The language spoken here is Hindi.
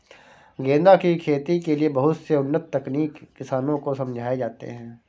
गेंदा की खेती के लिए बहुत से उन्नत तकनीक किसानों को समझाए जाते हैं